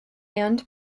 and